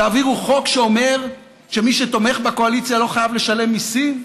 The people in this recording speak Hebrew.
תעבירו חוק שאומר שמי שתומך בקואליציה לא חייב לשלם מיסים?